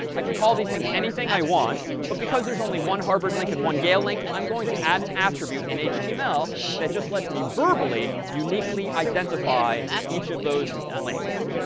i could call these things anything i want, but because there's only one harvard link and one yale link, i'm going to add an attribute in html that just lets me verbally uniquely identify each of those links.